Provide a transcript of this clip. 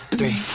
Three